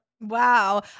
Wow